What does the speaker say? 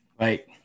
Right